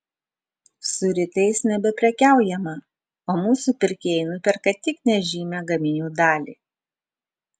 su rytais nebeprekiaujama o mūsų pirkėjai nuperka tik nežymią gaminių dalį